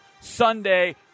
Sunday